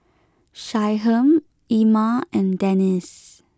Shyheim Ilma and Denice